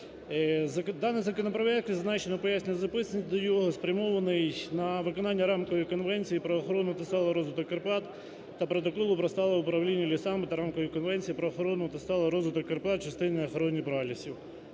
Даний законопроект, зазначено в Пояснювальній записці до нього, спрямований на виконання Рамкової конвенції про охорону та сталий розвиток Карпат та Протоколу про стале управління лісами та Рамкової конвенції про охорону та сталий розвиток Карпат в частині охорони пралісів.